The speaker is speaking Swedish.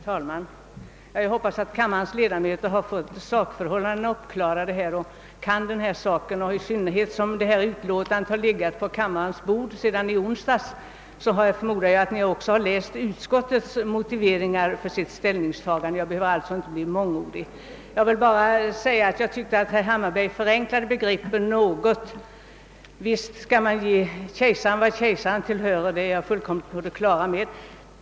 Herr talman! Jag hoppas att kammarens ledamöter har fått sakförhållandena uppklarade. Eftersom detta utskottsutlåtande har legat på kammarens bord sedan i onsdags förmodar jag att ledamöterna också har läst utskottets motiveringar för sitt ställningstagande; jag behöver alltså inte bli mångordig. Jag tyckte att herr Hammarberg något förenklade begreppen. Visst skall man ge kejsaren vad kejsaren tillhörer — det är jag fullt på det klara med.